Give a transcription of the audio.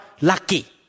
lucky